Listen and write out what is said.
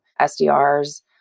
SDRs